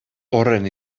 horren